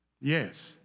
Yes